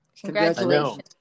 Congratulations